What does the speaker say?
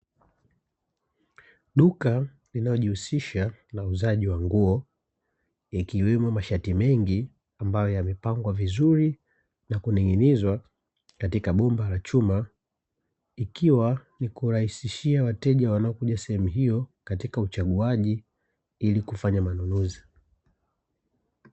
Duka linalojihusisha na uuzaji wa nguo, ikiwemo mashati mengi, ambayo yamepangwa vizuri na kuning'inizwa katika bomba la chuma, ikiwa ni kurahisishia wateja wanaokuja sehemu hiyo, katika uchaguaji ili kufanya manunuzi.